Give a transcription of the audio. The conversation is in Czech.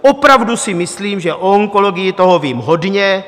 Opravdu si myslím, že o onkologii toho vím hodně.